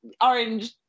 Orange